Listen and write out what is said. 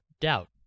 doubt